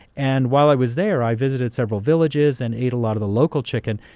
and while i was there, i visited several villages and ate a lot of the local chicken.